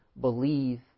believe